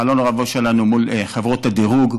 חלון הראווה שלנו מול חברות הדירוג,